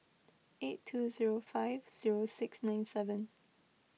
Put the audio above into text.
eight two zero five zero six nine seven